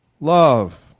Love